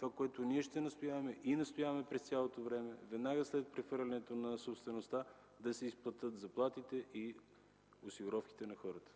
за което ще настояваме и настояваме през цялото време е веднага след прехвърлянето на собствеността да се изплатят заплатите и осигуровките на хората.